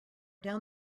down